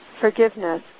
forgiveness